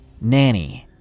nanny